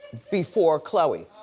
before khloe.